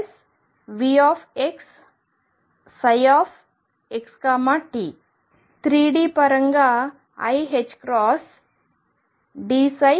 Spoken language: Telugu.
3D పరంగా iℏdψrtdt 22m2rtVrψrt